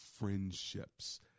friendships